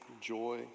joy